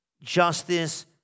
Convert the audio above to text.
justice